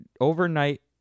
Overnight